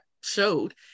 showed